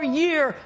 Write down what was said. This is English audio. year